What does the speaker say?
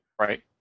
right